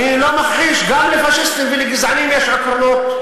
אני לא מכחיש, גם לפאשיסטים ולגזענים יש עקרונות,